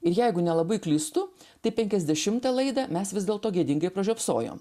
i jeigu nelabai klystu tai penkiasdešimtą laidą mes vis dėlto gėdingai pražiopsojom